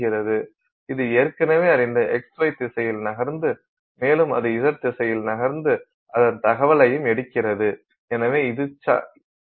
இது ஏற்கனவே அறிந்த XY திசையில் நகர்ந்து மேலும் அது z திசையில் நகர்ந்து அதன் தகவலையும் எடுக்கிறது